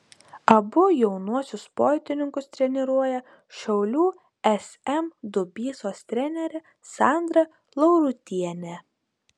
abu jaunuosius sportininkus treniruoja šiaulių sm dubysos trenerė sandra laurutienė